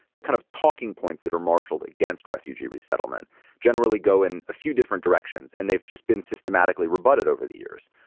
the kind of talking points that are marshaled against refugee resettlement generally go in a few different directions. and they've just been systematically rebutted over the years.